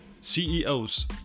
CEOs